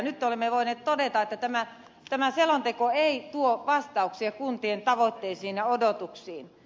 nyt olemme voineet todeta että tämä selonteko ei tuo vastauksia kuntien tavoitteisiin ja odotuksiin